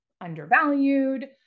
undervalued